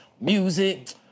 music